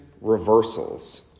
reversals